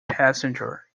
passenger